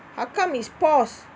how come is paused